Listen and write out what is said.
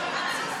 בסדר.